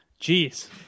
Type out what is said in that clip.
Jeez